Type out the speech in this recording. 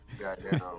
goddamn